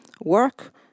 work